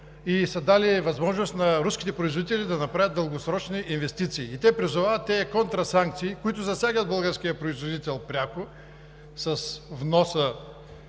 дали са възможност на руските производители да направят дългосрочни инвестиции. И те призовават тези контрасанкции, които засягат пряко българския производител с вноса